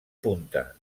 punta